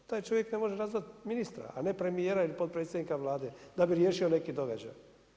Taj čovjek ne može nazvati ministra a ne premjera ili potpredsjednika Vlade da bi riješio neki događaj.